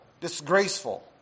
disgraceful